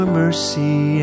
mercy